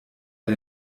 der